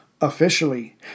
Officially